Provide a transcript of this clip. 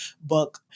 book